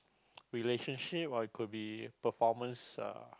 relationship or it could be performance uh